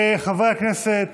חברי כנסת,